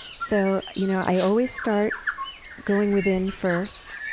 so you know i always start going within first,